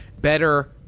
better